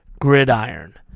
gridiron